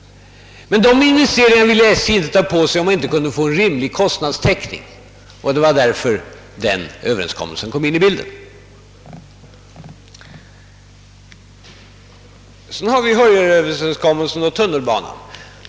Men de investeringarna ville SJ inte ta på sig, om de inte kunde få en rimlig kostnadstäckning. Det var därför denna överenskommelse träffades.